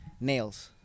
nails